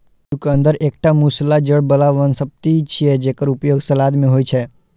चुकंदर एकटा मूसला जड़ बला वनस्पति छियै, जेकर उपयोग सलाद मे होइ छै